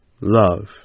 Love